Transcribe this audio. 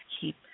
keep